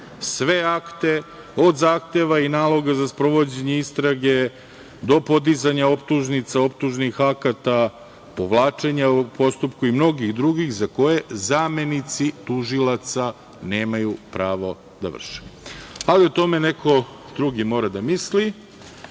sve akte, od zahteva i naloga za sprovođenje istrage, do podizanja optužnica, optužnih akata, povlačenja u postupku i mnogih drugih za koje zamenici tužilaca nemaju pravo da vrše. Ali, u tome neko drugi mora da misli